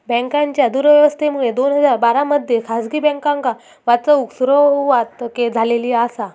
बँकांच्या दुरावस्थेमुळे दोन हजार बारा मध्ये खासगी बँकांका वाचवूक सुरवात झालेली आसा